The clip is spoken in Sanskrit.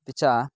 अपि च